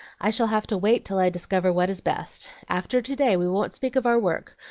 i shall have to wait till i discover what is best. after to-day we won't speak of our work,